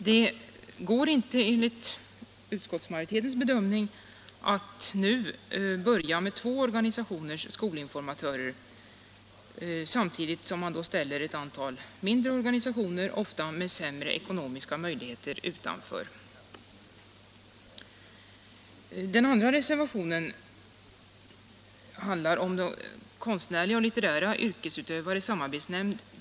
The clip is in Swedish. Det är enligt utskottsmajoritetens uppfattning omöjligt att nu börja med två organisationers skolinformatörer, samtidigt som man ställer ett stort antal mindre organisationer, ofta med sämre ekonomiska möjligheter, utanför. Den andra reservationen gäller KLYS, Konstnärliga och litterära yrkesutövares samarbetsnämnd.